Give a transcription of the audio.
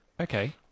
Okay